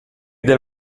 del